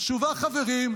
יש תשובה, חברים,